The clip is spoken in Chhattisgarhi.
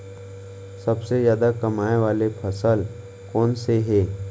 सबसे जादा कमाए वाले फसल कोन से हे?